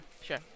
sure